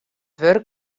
wurk